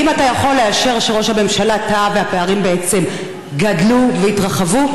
האם אתה יכול לאשר שראש הממשלה טעה והפערים בעצם גדלו והתרחבו,